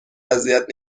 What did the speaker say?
اذیت